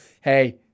Hey